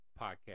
podcast